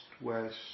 west